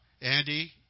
Andy